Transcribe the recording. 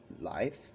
life